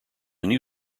new